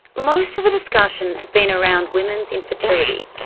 most of the discussion has been around women's infertility,